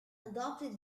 adopted